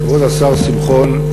כבוד השר שמחון,